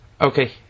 Okay